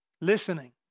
listening